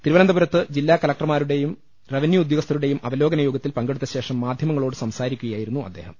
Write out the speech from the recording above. തിരുവനന്തപുരത്ത് ജില്ലാ കളക്ടർമാരുടെയും റവന്യു ഉദ്യോഗസ്ഥരുടെയും അവലോകനയോഗത്തിൽ പങ്കെ ടുത്തശേഷം മാധ്യമങ്ങളോടു സംസാരിക്കുകയായിരുന്നു അദ്ദേ ഹം